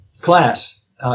class